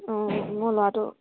অঁ মোৰ ল'ৰাটো